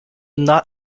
not